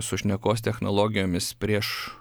su šnekos technologijomis prieš